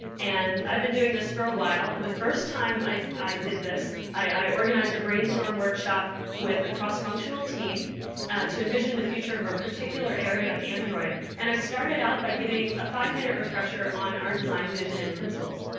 and i've been doing this for a while. the first time i i did this, i organized a brainstorm workshop with a cross-functional team to envision the future of a particular area of android. and i started out by giving a five minute refresher on our design vision and principles.